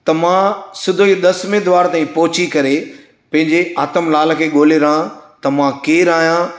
त मां सिधो ई दसमें द्वार ताईं पोहची करे पंहिंजे आतम लाल खे ॻोल्हे रहियां त मां केरु आहियां